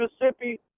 Mississippi